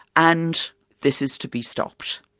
and this is to be stopped.